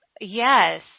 Yes